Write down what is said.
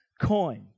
coin